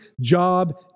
job